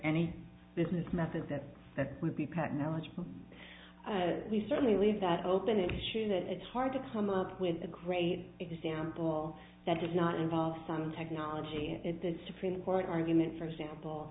any business methods that that would be packed knowledgeable we certainly leave that open issue that it's hard to come up with a great example that does not involve some technology at the supreme court argument for example